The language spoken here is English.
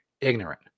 ignorant